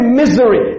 misery